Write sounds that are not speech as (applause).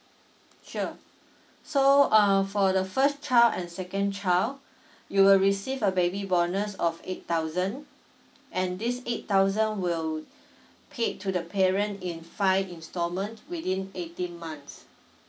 sure so um for the first child and second child (breath) you will receive a baby bonus of eight thousand and these eight thousand will (breath) pay to the parent in five installment within eighteen months